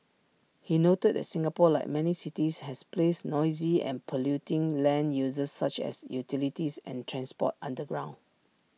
he noted that Singapore like many cities has placed noisy and polluting land uses such as utilities and transport underground